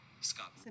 Scott